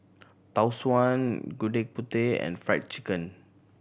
Tau Suan Gudeg Putih and Fried Chicken